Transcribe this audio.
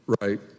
right